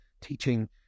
teaching